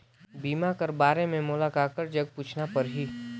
बीमा कर बारे मे मोला ककर जग पूछना परही?